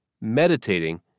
meditating